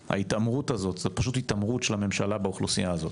זו פשוט התעמרות של הממשלה באוכלוסייה הזו